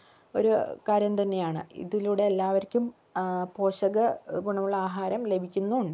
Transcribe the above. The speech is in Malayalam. ഒരു കാര്യം തന്നെയാണ് ഇതിലൂടെ എല്ലാവർക്കും പോഷകഗുണമുള്ള ആഹാരം ലഭിക്കുന്നുമുണ്ട്